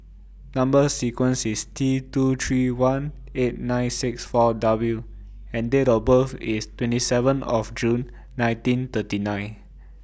Number sequence IS T two three one eight nine six four W and Date of birth IS twenty seven of June nineteen thirty nine